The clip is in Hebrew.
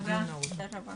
הישיבה ננעלה בשעה